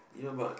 you know but